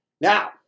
Now